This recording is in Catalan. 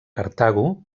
cartago